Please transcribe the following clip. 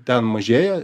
ten mažėja